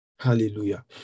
Hallelujah